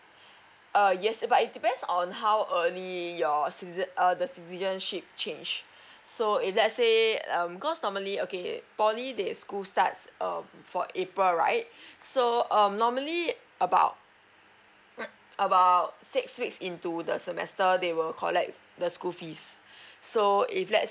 err yes but it depends on how early your citizen err the citizenship change so if lets say um cause normally okay poly theschool starts um for april right so um normally about about six weeks into the semester they will collect the school fees so if lets